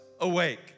awake